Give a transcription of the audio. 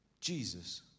Jesus